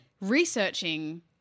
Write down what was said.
researching